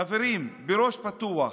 חברים, בראש פתוח,